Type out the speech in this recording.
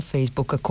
Facebook